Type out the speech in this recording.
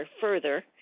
further